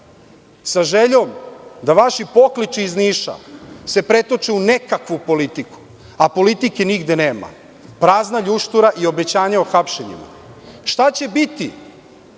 sa željom da vaši pokliči iz Niša se pretoče u nekakvu politiku, a politike nigde nema. Prazna ljuštura i obećanja hapšenjima. Šta će biti,